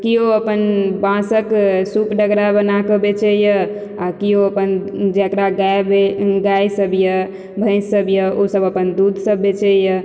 केओ अपन बाँसक सुप डगरा बना कऽ बेचैया आ केओ अपन जकरा गाय सब यऽ भैंस सब यऽ ओसब अपन दूध सब बेचैया